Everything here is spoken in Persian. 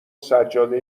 سجاده